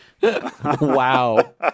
Wow